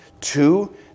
Two